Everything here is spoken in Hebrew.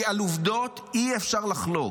כי על עובדות אי-אפשר לחלוק,